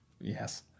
Yes